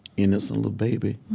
innocent little baby.